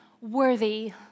worthy